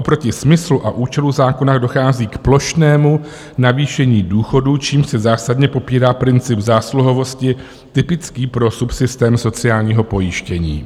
Oproti smyslu a účelu zákona dochází k plošnému navýšení důchodů, čímž se zásadně popírá princip zásluhovosti typický pro subsystém sociálního pojištění.